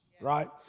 right